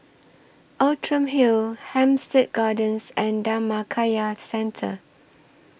Outram Hill Hampstead Gardens and Dhammakaya Centre